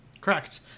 Correct